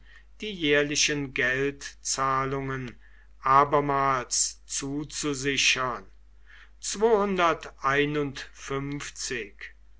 die jährlichen geldzahlungen abermals zuzusichern